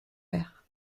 vert